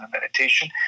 meditation